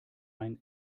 ein